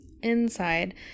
inside